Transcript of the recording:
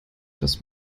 dass